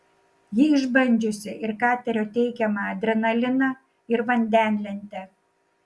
ji išbandžiusi ir katerio teikiamą adrenaliną ir vandenlentę